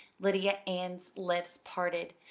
lydia ann's lips parted,